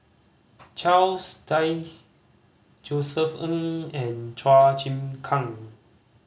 Charles Dyce Josef Ng and Chua Chim Kang